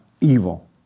evil